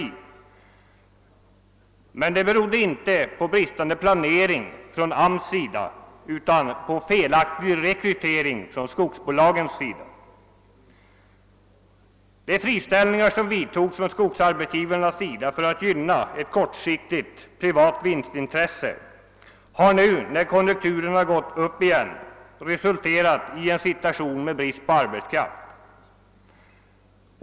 Detta berodde emeilertid inte på bristande planering i arbetsmarknadsstyrelsen utan på felaktig rekrytering från skogsbolagens sida. De friställningar som skogsarbetsgivarna vidtog för att gynna ett kortsiktigt privat vinstintresse har nu, när konjunkturerna har gått upp igen, resulterat i en situation med brist på arbetskraft.